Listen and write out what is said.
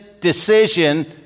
decision